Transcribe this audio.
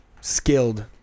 skilled